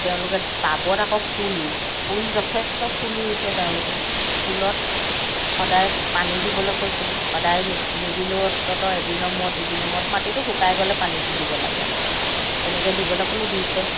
তেওঁলোকে টাবত আকৌ ফুল ৰুইছে ফুল যথেষ্ট ফুল ৰুইছে তেওঁলোকে ফুলত সদায় পানী দিবলৈ কৈছোঁ সদায় নিদিলেও অন্তত এদিনৰ মূৰত দুদিনৰ মূৰত মাটিটো শুকাই গ'লে পানীটো দিব লাগে আৰু মুঠতে তেনেকৈ দিবলৈ ক'লোঁ দিছে